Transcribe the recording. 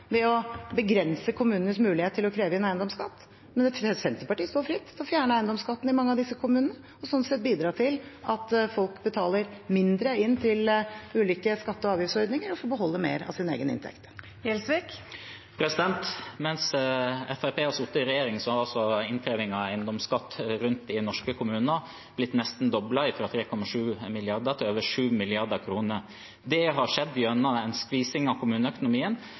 ved å begrense kommunenes mulighet til å kreve inn eiendomsskatt. Men Senterpartiet står fritt til å fjerne eiendomsskatten i mange av disse kommunene og sånn sett bidra til at folk betaler mindre inn til ulike skatte- og avgiftsordninger – og får beholde mer av sin egen inntekt. Sigbjørn Gjelsvik – til oppfølgingsspørsmål. Mens Fremskrittspartiet har sittet i regjering, har altså innkrevingen av eiendomsskatt rundt omkring i norske kommuner blitt nesten doblet, fra 3,7 mrd. kr til over 7 mrd. kr, og det har skjedd gjennom en skvising av kommuneøkonomien.